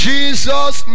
Jesus